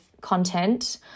content